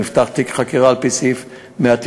נפתח תיק חקירה על-פי סעיף 196,